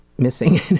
Missing